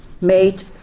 made